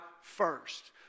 first